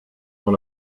dans